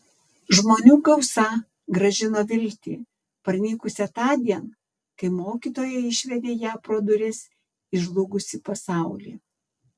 žmonių gausa grąžino viltį pranykusią tądien kai mokytoja išvedė ją pro duris į žlugusį pasaulį